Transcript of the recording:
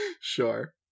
Sure